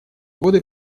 годы